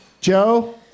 Joe